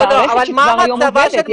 זו מערכת שכבר היום עובדת.